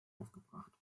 aufgebracht